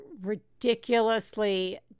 ridiculously